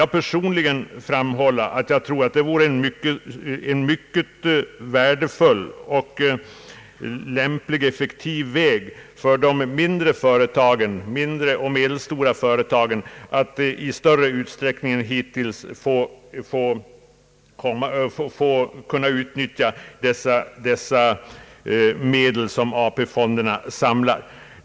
Jag tror t.ex. att detta vore en lämplig väg för de mindre och medelstora företagen att i större utsträckning än hittills kunna utnyttja de medel som AP-fonderna samlar.